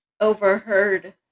overheard